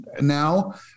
now